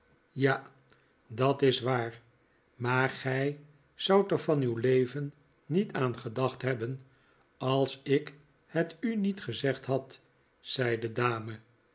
ja dat is waar maar gij zoudt er van uw leven niet aan gedacht hebben als ik het u niet gezegd had zei de dame